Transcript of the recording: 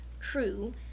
True